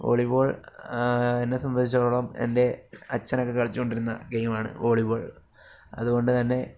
volleyball എന്നെ സംബന്ധിച്ചോളം എൻ്റെ അച്ഛനൊക്കെ കളിച്ചുകൊണ്ടിരുന്ന ഗെയിമാണ് വോളിബോൾ അതുകൊണ്ടുതന്നെ